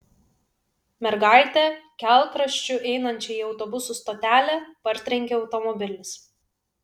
mergaitę kelkraščiu einančią į autobusų stotelę partrenkė automobilis